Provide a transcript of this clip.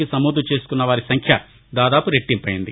కు నమోదు చేసుకున్న వారిసంఖ్య దాదాపు రెట్టింపయింది